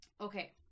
Okay